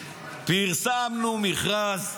פרסמנו מכרז,